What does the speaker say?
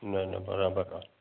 न न बराबरु आहे